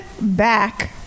back